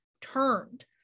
turned